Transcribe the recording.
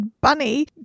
bunny